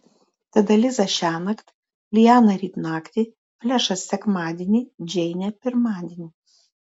tada liza šiąnakt liana ryt naktį flešas sekmadienį džeinė pirmadienį